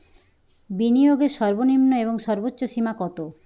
বিনিয়োগের সর্বনিম্ন এবং সর্বোচ্চ সীমা কত?